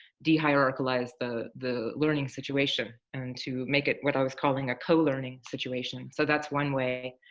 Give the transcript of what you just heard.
de-hierarchalize the the learning situation and to make it what i was calling a co-learning situation. so that's one way.